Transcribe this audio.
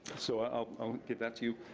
so i'll get that to you.